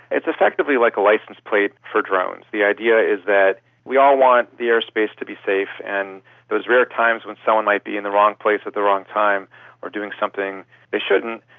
it's effectively like a license plate for drones. the idea is that we all want the airspace to be safe, and those rare times when someone might be in the wrong place at the wrong time or doing something they shouldn't,